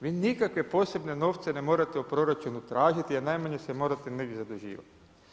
Vi nikakve posebne novce ne morate u proračunu tražiti, jer najmanje se morte među zaduživati.